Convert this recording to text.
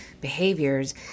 behaviors